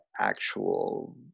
actual